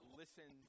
listen